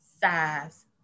size